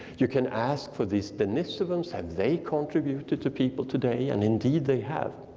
you can ask, for these denisovans, have they contributed to people today? and indeed, they have.